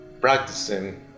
practicing